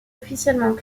officiellement